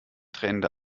tränende